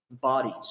bodies